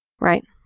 Right